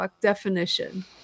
definition